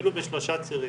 אפילו בשלושה צירים.